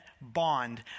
bond